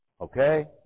Okay